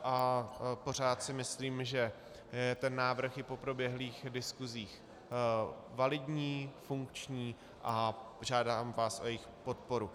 A pořád si myslím, že ten návrh i po proběhlých diskusích je validní, funkční, a žádám vás o jeho podporu.